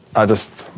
i just,